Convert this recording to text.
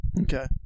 Okay